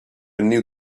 new